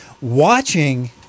watching